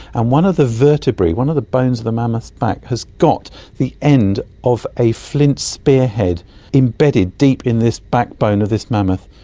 and one of the vertebrae, one of the bones of the mammoth's back, has got the end of a flint spearhead embedded deep in this backbone of this mammoth.